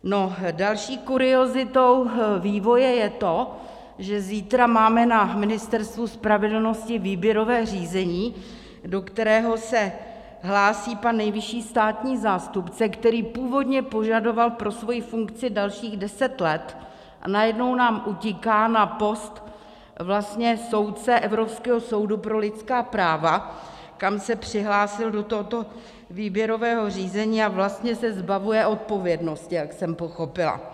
No, další kuriozitou vývoje je to, že zítra máme na Ministerstvu spravedlnosti výběrové řízení, do kterého se hlásí pan nejvyšší státní zástupce, který původně považoval pro svoji funkci dalších deset let, a najednou nám utíká na post soudce Evropského soudu pro lidská práva, kam se přihlásil do tohoto výběrového řízení, a vlastně se zbavuje odpovědnosti, jak jsem pochopila.